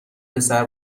پسر